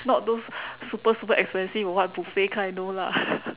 not those super super expensive what buffet kind no lah